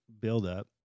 build-up